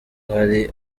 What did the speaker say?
hari